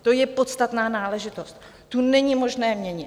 To je podstatná náležitost, tu není možné měnit.